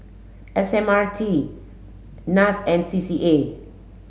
S M R T NAS and C C A